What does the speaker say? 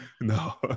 No